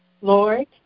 Lord